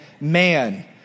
man